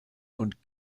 und